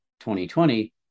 2020